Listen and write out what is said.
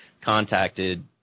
contacted –